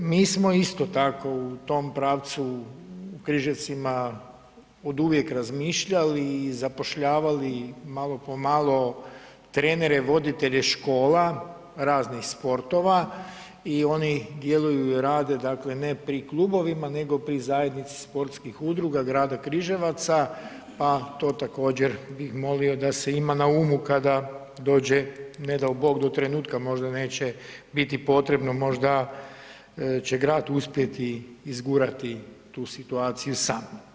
Mi smo isto tako u tom pravcu u Križevcima od uvijek razmišljali i zapošljavali malo po malo, trenere voditelje škola raznih sportova i oni djeluju i rade dakle ne pri klubovima nego pri zajednici sportskih udruga grada Križevaca, pa to također bih molimo da se ima umu kada dođe ne dao Bog do trenutka možda neće biti potrebno, možda će grad uspjeti izgurati tu situaciju sam.